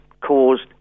caused